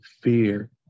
fear